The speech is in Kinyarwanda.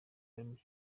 umukinnyi